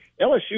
LSU